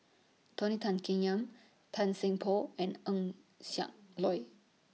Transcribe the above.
Tony Tan Keng Yam Tan Seng Poh and Eng Siak Loy